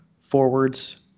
forwards